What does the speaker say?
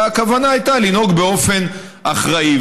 אלא הכוונה הייתה לנהוג באופן אחראי.